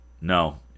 No